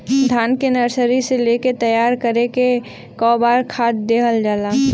धान के नर्सरी से लेके तैयारी तक कौ बार खाद दहल जाला?